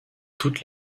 toute